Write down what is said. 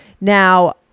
Now